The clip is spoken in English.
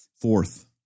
fourth